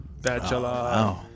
bachelor